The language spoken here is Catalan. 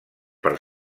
per